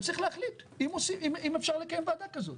וצריך להחליט אם אפשר לקיים ועדה כזאת.